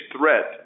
threat